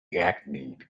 hackneyed